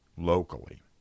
locally